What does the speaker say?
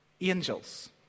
angels